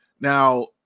Now